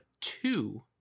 two